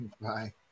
Bye